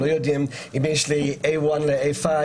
לא יודעים אם יש לי אשרה א/1 או א/5,